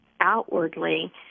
outwardly